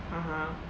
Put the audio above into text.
(uh huh)